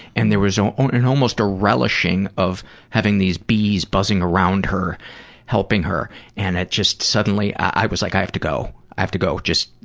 and there was um and almost a relishing having these bees buzzing around her helping her and it just suddenly. i was like, i have to go. i have to go. just.